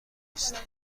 است